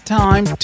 time